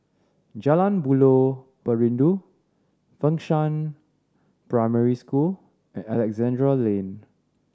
Jalan Buloh Perindu Fengshan Primary School and Alexandra Lane